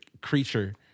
creature